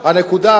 ממשלת